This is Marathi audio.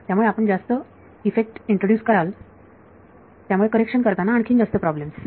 त्यामुळे आपण जास्त इफेक्ट इंट्रोड्यूस कराल त्यामुळे करेक्शन करताना आणखीन जास्त प्रॉब्लेम्स